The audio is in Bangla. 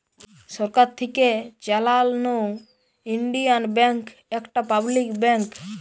সরকার থিকে চালানো ইন্ডিয়ান ব্যাঙ্ক একটা পাবলিক ব্যাঙ্ক